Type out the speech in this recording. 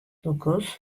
dokuz